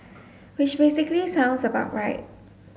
which basically sounds about right